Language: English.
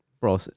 Bro